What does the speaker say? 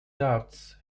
doubts